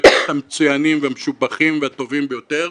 הכנסת המצוינים והמשובחים והטובים ביותר,